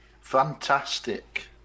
Fantastic